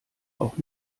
auch